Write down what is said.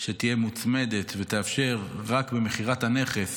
שתהיה מוצמדת ותאפשר רק במכירת הנכס